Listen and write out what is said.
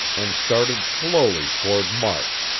and started slowly toward mark,